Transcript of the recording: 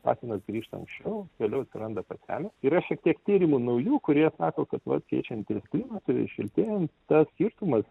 patinas grįžta anksčiau vėliau atskrenda patelė yra šiek tiek tyrimų naujų kurie sako kad vat keičiantis klimatui šiltėjant tas skirtumas